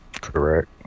Correct